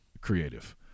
creative